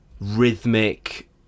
rhythmic